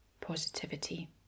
positivity